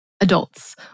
adults